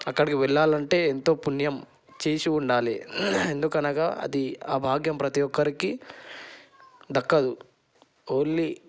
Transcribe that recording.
అక్కడికి వెళ్ళాలంటే ఎంతో పుణ్యం చేసి ఉండాలి ఎందుకనగా అది ఆ భాగ్యం ప్రతి ఒక్కరికీ దక్కదు ఓన్లీ